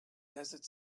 desert